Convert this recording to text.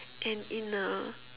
and in a